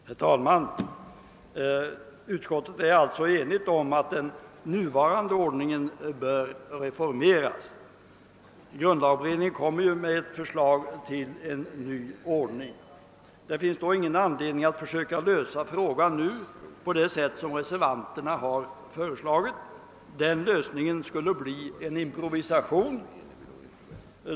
Ierr talman! Utskottet är ju enigt om att den nuvarande ordningen bör reformeras och grundlagberedningen kommer att framlägga förslag om en ny ordning. Det finns därför ingen anledning att nu försöka lösa frågan på det sätt som reservanterna har föreslagit. Den lösningen skulle bli en improvisation.